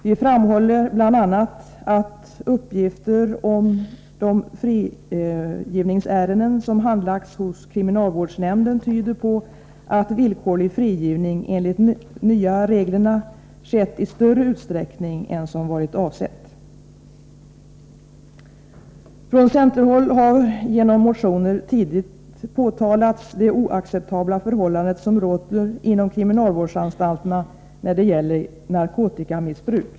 Vi framhåller bl.a. att uppgifter om de frigivningsärenden som handlagts hos kriminalvårdsnämnden tyder på att villkorlig frigivning enligt de nya reglerna skett i större utsträckning än som varit avsett. Från centerhåll har genom motioner tidigt påtalats det oacceptabla förhållande som råder inom kriminalvårdsanstalterna när det gäller narkotikamissbruk.